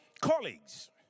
colleagues